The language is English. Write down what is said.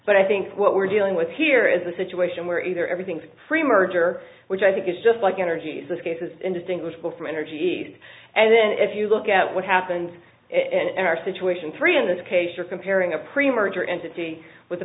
but i think what we're dealing with here is a situation where either everything's free merger which i think is just like energies this case is indistinguishable from energy east and then if you look at what happens in our situation three in this case you're comparing a pre merger entity with the